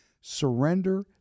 surrender